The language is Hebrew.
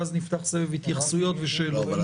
ואז נפתח סבב התייחסויות ושאלות.